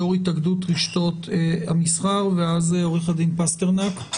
יושב ראש התאגדות רשתות המסחר ואחריו עורך הדין פסטרנק.